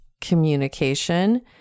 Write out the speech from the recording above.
communication